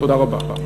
תודה רבה.